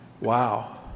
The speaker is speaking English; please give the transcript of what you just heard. wow